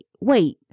wait